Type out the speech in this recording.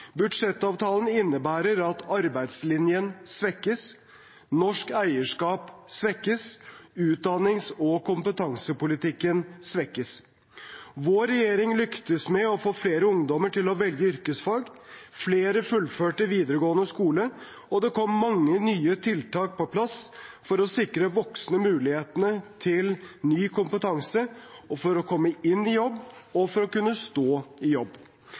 Budsjettavtalen innebærer at arbeidslinjen svekkes, at norsk eierskap svekkes, og at utdannings- og kompetansepolitikken svekkes. Vår regjering lyktes med å få flere ungdommer til å velge yrkesfag. Flere fullførte videregående skole, og det kom mange nye tiltak på plass for å sikre voksne muligheten til ny kompetanse for å komme i jobb og for å kunne stå i jobb.